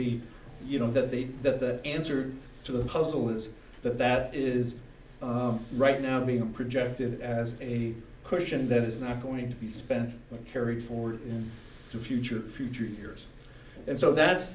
be you know that the that the answer to the puzzle is that that is right now being projected as a cushion that is not going to be spent carried forward to future future years and so that